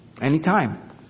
Anytime